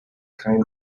kind